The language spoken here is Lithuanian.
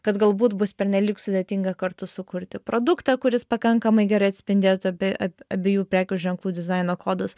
kad galbūt bus pernelyg sudėtinga kartu sukurti produktą kuris pakankamai gerai atspindėtų abie abiejų prekių ženklų dizaino kodus